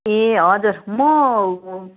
ए हजुर म